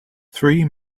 three